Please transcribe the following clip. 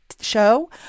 show